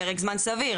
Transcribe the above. פרק זמן סביר,